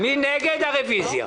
מי נגד הרוויזיה?